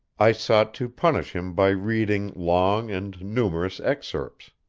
i sought to punish him by reading long and numerous excerpts.